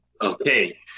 Okay